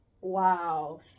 wow